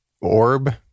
orb